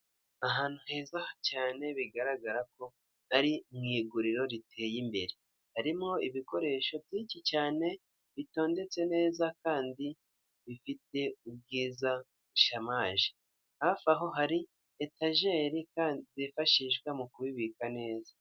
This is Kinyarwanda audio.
Ahantu heza cyane bigaragara ko ari mu iguriro riteye imbere harimo ibikoresho byinshi cyane bitondetse neza kandi bifite ubwiza bishamaje, hafi aho hari etajeri zifashishwa mu kubibika neza.